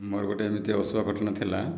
ମୋର ଗୋଟିଏ ଏମିତି ଅଶୁଭ ଘଟଣା ଥିଲା